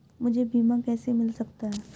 मुझे बीमा कैसे मिल सकता है?